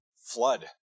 flood